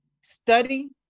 study